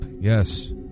yes